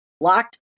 LOCKED